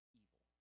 evil